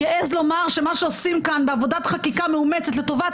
שמה שעושים כאן בעבודת חקיקה מאומצת לטובת